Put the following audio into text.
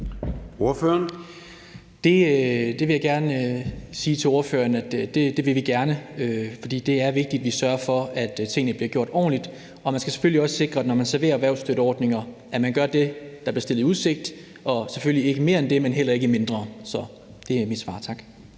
Jeg vil sige til ordføreren, at det vil vi gerne, for det er vigtigt, at vi sørger for, at tingene bliver gjort ordentligt. Man skal selvfølgelig også sikre, når man serverer erhvervsstøtteordninger, at man gør det, der bliver stillet i udsigt, og selvfølgelig ikke mere end det, men heller ikke mindre. Så det er mit svar. Tak.